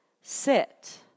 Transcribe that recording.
sit